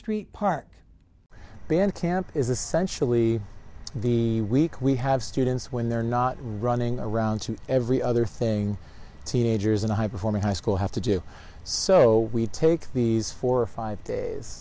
street park band camp is essentially the week we have students when they're not running around to every other thing teenagers in a high performing high school have to do so we take these four or five days